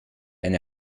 eine